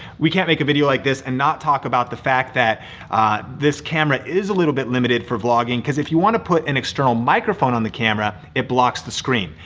we can't make a video like this and not talk about the fact that this camera is a little bit limited for vlogging cause if you wanna put an external microphone on the camera, it blocks the screen.